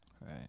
Right